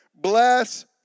Bless